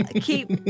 Keep